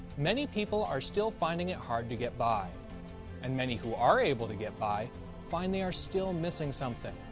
many people are still finding it hard to get by and many who are able to get by find they are still missing something.